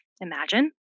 Imagine